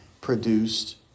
produced